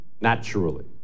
naturally